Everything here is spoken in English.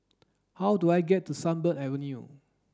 how do I get to Sunbird Avenue